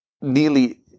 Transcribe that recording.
nearly